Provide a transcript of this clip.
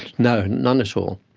no, none at all.